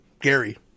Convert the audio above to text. Gary